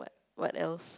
what else